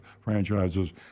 franchises